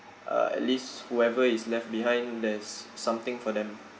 uh at least whoever is left behind there's something for them